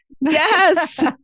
Yes